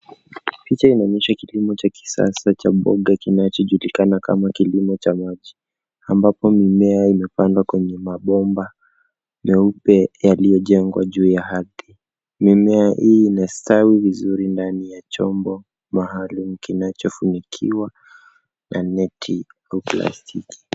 Picha inaonyesha kilimo cha kisasa cha mboga kinachojulikana kama kilimo cha maji ambapo mimea imepandwa kwenye mabomba meupe yaliyojengwa juu ya ardhi. Mimea hii inastawi vizuri ndani ya chombo mahali kinachofunikiwa na neti au plastiki.